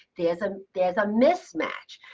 there's ah there's a mismatch.